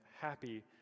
happy